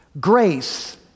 Grace